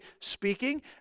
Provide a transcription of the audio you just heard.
speaking